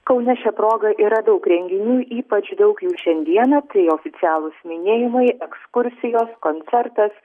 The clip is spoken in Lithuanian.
kaune šia proga yra daug renginių ypač daug jų šiandieną tai oficialūs minėjimai ekskursijos koncertas